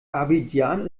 abidjan